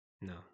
No